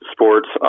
Sports